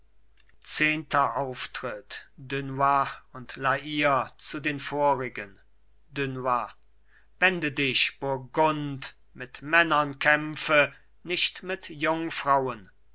zehnter auftritt dunois und la hire zu den vorigen dunois wende dich burgund mit männern kämpfe nicht mit jungfrauen